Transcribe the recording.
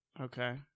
Okay